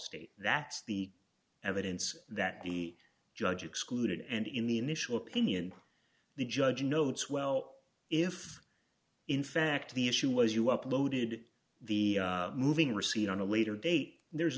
state that's the evidence that the judge excluded and in the initial opinion the judge notes well if in fact the issue was you uploaded the moving receipt on a later date there's